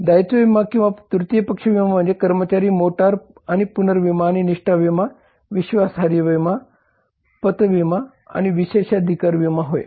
दायित्व विमा किंवा तृतीय पक्ष विमा म्हणजे कर्मचारी मोटर आणि पुनर्विमा आणि निष्ठा विमा विश्वासार्ह विमा पत विमा आणि विशेषाधिकार विमा होय